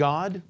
God